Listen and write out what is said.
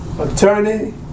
attorney